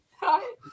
Hi